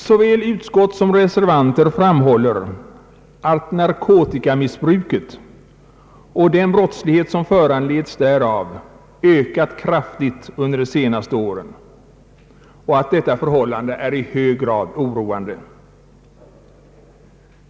Såväl utskott som reservanter framhåller att narkotikamissbruket och den brottslighet som föranledes därav har ökat kraftigt under de senaste åren och att detta förhållande är i hög grad oroande.